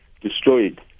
destroyed